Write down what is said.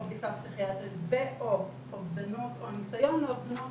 או בדיקה פסיכיאטרית ו/או אובדנות או ניסיון לאובדנות